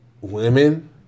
Women